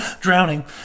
drowning